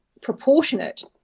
proportionate